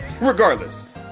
Regardless